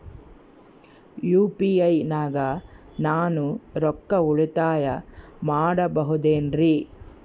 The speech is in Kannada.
ಯು.ಪಿ.ಐ ನಾಗ ನಾನು ರೊಕ್ಕ ಉಳಿತಾಯ ಮಾಡಬಹುದೇನ್ರಿ?